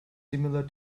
similar